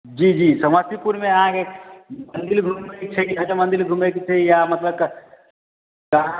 जी जी समस्तीपुरमे आहाँके मन्दिर घुमैके कएटा मन्दिर घुमैके छै या मतलब कऽ